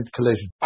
Collision